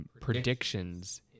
Predictions